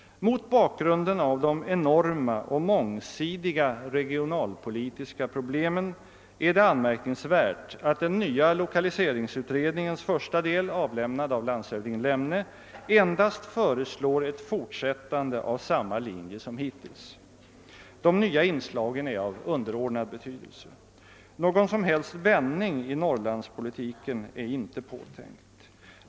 Mot bakgrunden av de enorma och mångsidiga regionalpolitiska problemen är det anmärkningsvärt att den nya lokaliseringsutredningens första del, avlämnad av landshövding Lemne, endast föreslår ett fortsättande av samma linje som hittills. De nya inslagen är av underordnad betydelse. Någon som helst vändning i Norrlandspolitiken är inte påtänkt.